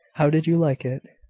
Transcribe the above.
how did you like it?